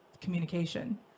communication